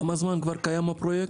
כמה זמן כבר קיים הפרויקט?